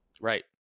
Right